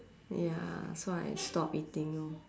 ya so I stop eating lor